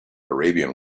arabian